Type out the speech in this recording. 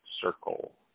Circle